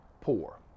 poor